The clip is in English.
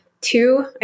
two